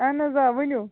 اَہَن آ ؤنِو